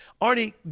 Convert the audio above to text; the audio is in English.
Arnie